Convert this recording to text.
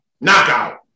Knockout